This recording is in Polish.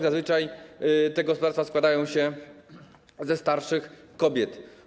Zazwyczaj te gospodarstwa składają się ze starszych kobiet.